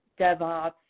DevOps